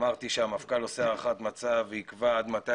אמרתי שהמפכ"ל עושה הערכת מצב והוא יקבע עד מתי